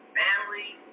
family